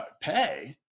pay